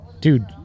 Dude